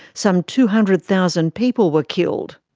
some two hundred thousand people were killed.